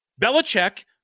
Belichick